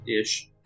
ish